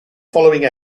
following